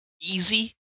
easy